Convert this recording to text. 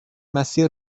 مسیر